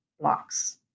blocks